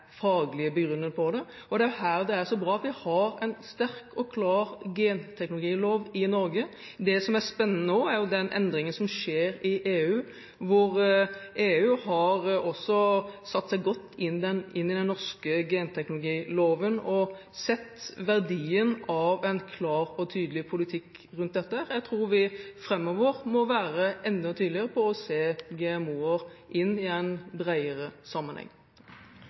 Det er her det er så bra at vi har en sterk og klar genteknologilov i Norge. Det som er spennende nå, er den endringen som skjer i EU, hvor EU har satt seg godt inn i den norske genteknologiloven og sett verdien av en klar og tydelig politikk rundt dette. Jeg tror vi framover må være enda tydeligere på å se GMO-er i en bredere sammenheng.